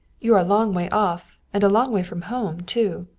you are a long way off. and a long way from home too.